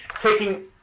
taking